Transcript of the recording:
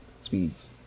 speeds